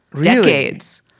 Decades